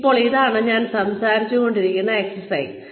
ഇപ്പോൾ ഇതാണ് ഞാൻ സംസാരിച്ചു കൊണ്ടിരുന്ന എക്സസൈസ്